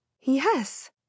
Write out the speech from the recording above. Yes